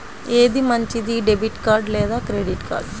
ఏది మంచిది, debit card లేదా క్రెడిట్ కార్డ్?